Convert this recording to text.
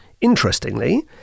interestingly